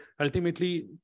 ultimately